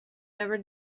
never